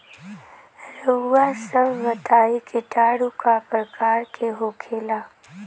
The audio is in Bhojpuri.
रउआ सभ बताई किटाणु क प्रकार के होखेला?